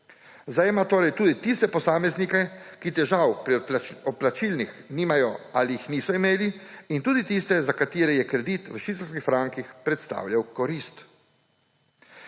Zajema torej tudi tiste posameznike, ki težav pri odplačilih nimajo ali jih niso imeli, in tudi tiste, za katere je kredit v švicarskih frankih predstavljal korist.